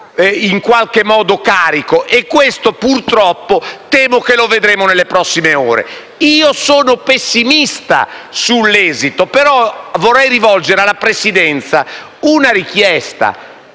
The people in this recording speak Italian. e temo che questo, purtroppo, lo vedremo nelle prossime ore. Sono pessimista sull'esito, però vorrei rivolgere alla Presidenza una richiesta.